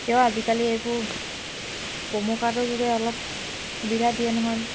তেও আজিকালি এইবোৰ প্ৰমো কাৰ্ডৰ যোগে অলপ সুবিধা দিয়ে নহয়